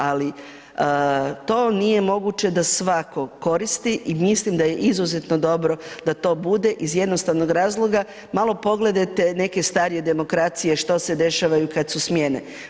Ali to nije moguće da svatko koristi i mislim da je izuzetno dobro da to bude, iz jednostavnog razloga, malo progledajte neke starije demokracije, što se dešavaju kada su smjene.